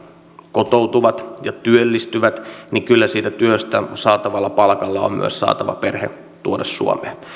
kotoutuvat ja työllistyvät niin kyllä siitä työstä saatavalla palkalla on myös saatava perhe tuoda suomeen